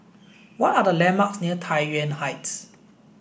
what are the landmarks near Tai Yuan Heights